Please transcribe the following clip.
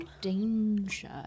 danger